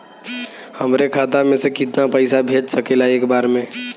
हमरे खाता में से कितना पईसा भेज सकेला एक बार में?